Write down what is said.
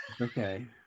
Okay